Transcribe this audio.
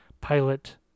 pilot